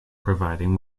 providing